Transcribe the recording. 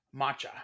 Matcha